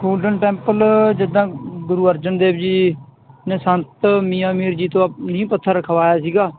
golden Temple ਜਿੱਦਾਂ ਗੁਰੂ ਅਰਜਨ ਦੇਵ ਜੀ ਨੇ ਸੰਤ ਮੀਆਂ ਮੀਰ ਜੀ ਤੋਂ ਨੀਂਹ ਪੱਥਰ ਰਖਵਾਇਆ ਸੀਗਾ